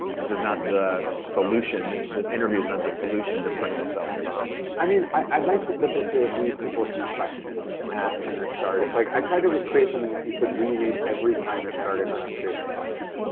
this interview is not the solution, this this interview is not the solution to perennial seller. but i mean i'd like the book to leave people some questions to ask when they're starting. like i tried to create something you could re-read every time you're starting on a creative project.